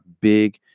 big